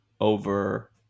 over